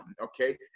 okay